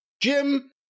Jim